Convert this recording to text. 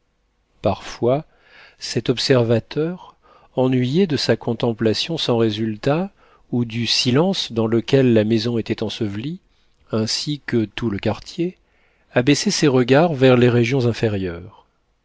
parfois cet observateur ennuyé de sa contemplation sans résultat ou du silence dans lequel la maison était ensevelie ainsi que tout le quartier abaissait ses regards vers les régions inférieures